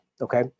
okay